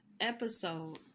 episode